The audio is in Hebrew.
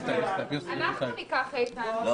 אנחנו ניקח, איתן.